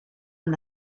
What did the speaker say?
amb